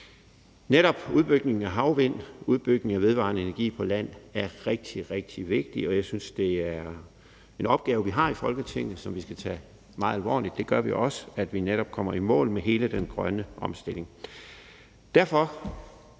Netop udbygning af havvindmølleparker og udbygning af vedvarende energi på land er rigtig, rigtig vigtig, og jeg synes, at det er en opgave, vi har i Folketinget, som vi skal tage meget alvorligt. Det gør også, at vi netop kommer i mål med hele den grønne omstilling.